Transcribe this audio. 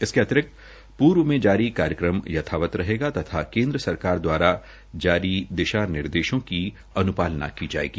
इसके अतिरिक्त पूर्व में जारी कार्यक्रम यथावत रहेगा तथा केन्द सरकार द्वारा जारी दिशा निर्देशों की अन्पालना की जाएगी